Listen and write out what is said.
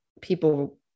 people